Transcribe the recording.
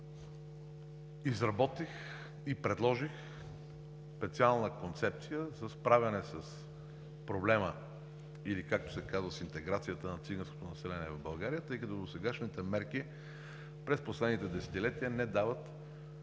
изработих и предложих специална концепция за справяне с проблема или както се казва с интеграцията на циганското население в България, тъй като досегашните мерки през последните десетилетия не дават,